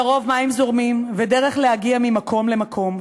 לרוב מים זורמים ודרך להגיע ממקום למקום,